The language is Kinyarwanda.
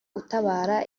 utabara